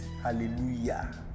hallelujah